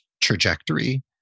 trajectory